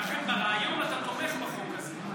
לכן ברעיון אתה תומך בחוק הזה.